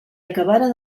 acabara